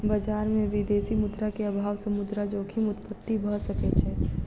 बजार में विदेशी मुद्रा के अभाव सॅ मुद्रा जोखिम उत्पत्ति भ सकै छै